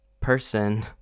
person